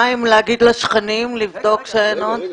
מה עם להגיד לשכנים לבדוק שאין עוד?